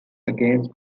against